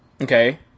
Okay